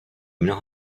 mnoho